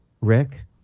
rick